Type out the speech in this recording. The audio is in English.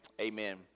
amen